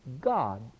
God